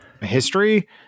history